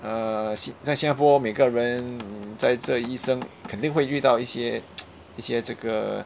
err 新在新加坡每个人在这一生肯定会遇到一些 一些这个